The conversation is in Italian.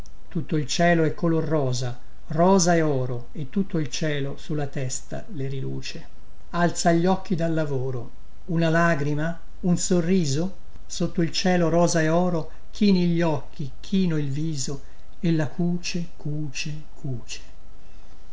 tutto il cielo è color rosa rosa e oro e tutto il cielo sulla testa le riluce alza gli occhi dal lavoro una lagrima un sorriso sotto il cielo rosa e oro chini gli occhi chino il viso ella cuce cuce cuce